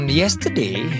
yesterday